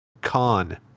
con